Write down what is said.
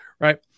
right